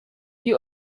you